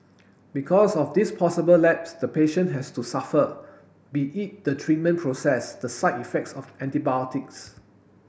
because of this possible lapse the patient has to suffer be it the treatment process the side effects of antibiotics